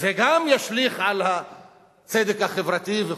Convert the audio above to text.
וגם זה ישליך על הצדק החברתי וכו',